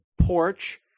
porch